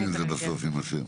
בבקשה.